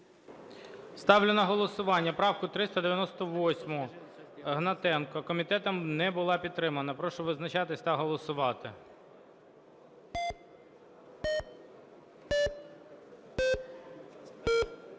Ставлю на голосування правку 398 Гнатенка. Комітетом не була підтримана. Прошу визначатись та голосувати.